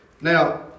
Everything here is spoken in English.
Now